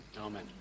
Amen